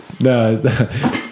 No